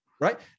right